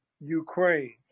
Ukraine